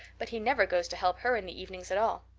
but he never goes to help her in the evenings at all.